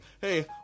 Hey